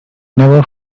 never